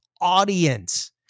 audience